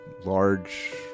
large